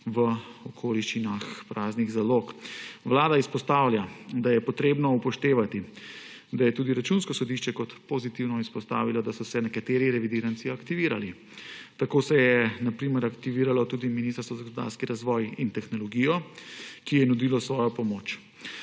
v okoliščinah praznih zalog. Vlada izpostavlja, da je treba upoštevati, da je tudi Računsko sodišče kot pozitivno izpostavilo, da so se nekateri revidiranci aktivirali. Tako se je na primer aktiviralo tudi Ministrstvo za gospodarski razvoj in tehnologijo, ki je nudilo svojo pomoč.